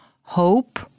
hope